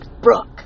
Brooke